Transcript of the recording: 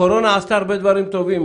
הקורונה עשתה הרבה דברים טובים,